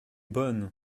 bonne